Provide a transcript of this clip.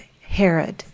herod